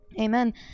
amen